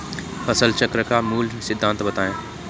फसल चक्र का मूल सिद्धांत बताएँ?